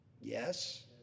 Yes